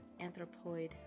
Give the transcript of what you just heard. anthropoid